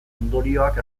ondorioak